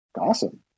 awesome